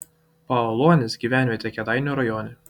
paaluonys gyvenvietė kėdainių rajone